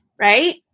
right